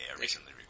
recently